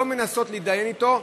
הן לא מנסות להתדיין אתו,